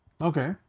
Okay